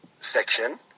section